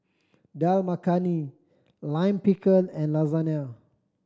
Dal Makhani Lime Pickle and Lasagne